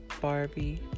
barbie